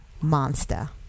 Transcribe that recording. Monster